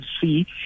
see